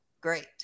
Great